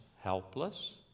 helpless